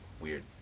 weird